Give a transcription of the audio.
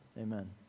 amen